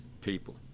people